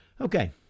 Okay